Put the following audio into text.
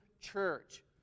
church